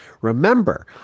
Remember